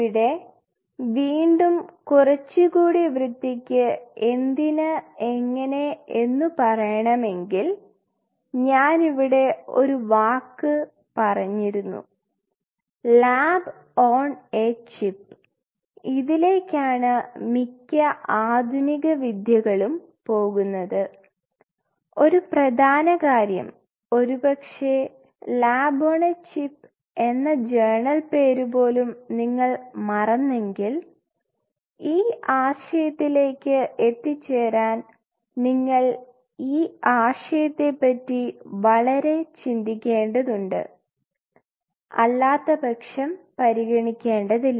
ഇവിടെ വീണ്ടും കുറച്ചുകൂടി വൃത്തിക്ക് എന്തിന് എങ്ങനെ എന്നു പറയണമെങ്കിൽ ഞാൻ ഇവിടെ ഒരു വാക്ക് പറഞ്ഞിരുന്നു ലാബ് ഓൺ എ ചിപ്പ് ഇതിലേക്കാണ് മിക്ക ആധുനിക വിദ്യകളും പോകുന്നത് ഒരു പ്രധാന കാര്യം ഒരുപക്ഷേ ലാബ് ഓൺ എ ചിപ്പ് എന്ന ജേണൽ പേര് പോലും നിങ്ങൾ മറന്നെങ്കിൽ ഈ ആശയത്തിലേക്ക് എത്തിച്ചേരാൻ നിങ്ങൾ ഈ ആശയത്തെ പറ്റി വളരെ ചിന്തിക്കേണ്ടതുണ്ട് അല്ലാത്തപക്ഷം പരിഗണിക്കേണ്ടതില്ല